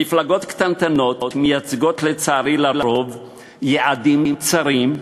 מפלגות קטנטנות מייצגות, לצערי, לרוב יעדים צרים,